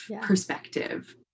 perspective